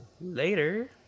later